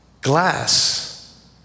glass